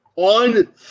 On